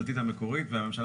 הלאה.